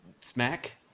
smack